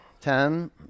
Ten